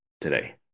today